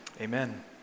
Amen